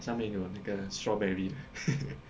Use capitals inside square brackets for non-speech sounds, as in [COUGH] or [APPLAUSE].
then 上面有那个 strawberry [LAUGHS]